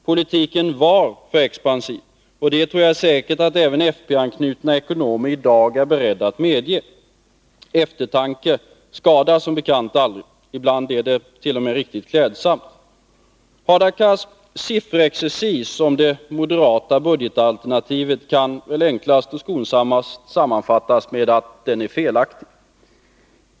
Politiken var för expansiv, och det tror jag säkert att även folkpartianknutna ekonomer i dag är beredda att medge. Eftertanke skadar som bekant aldrig — ibland är den t.o.m. klädsam. Hadar Cars sifferexercis om det moderata budgetalternativet kan enklast och skonsammast sammanfattas med att den är felaktig.